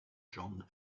john